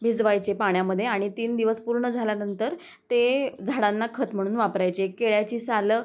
भिजवायची आहे पाण्यामध्ये आणि तीन दिवस पूर्ण झाल्यानंतर ते झाडांना खत म्हणून वापरायची आहे केळ्याची सालं